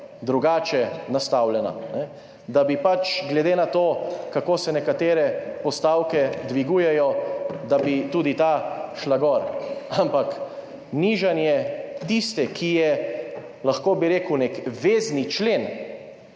drugače nastavljena, da bi pač glede na to, kako se nekatere postavke dvigujejo, tudi ta šla gor, ampak nižanje tiste, ki je, lahko bi rekel, nek vezni člen,